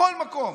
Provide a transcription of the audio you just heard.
בכל מקום,